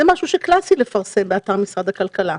זה משהו שקלאסי לפרסם באתר משרד הכלכלה.